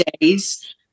days